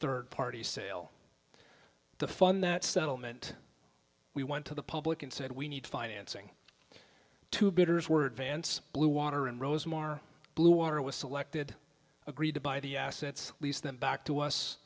third party sale the fund that settlement we went to the public and said we need financing two bidders word vance blue water and rose more blue water was selected agreed to by the assets lease them back to